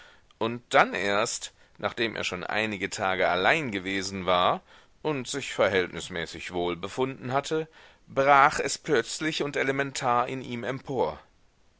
und dann erst nachdem er schon einige tage allein gewesen war und sich verhältnismäßig wohl befunden hatte brach es plötzlich und elementar in ihm empor